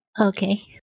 Okay